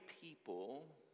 people